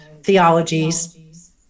theologies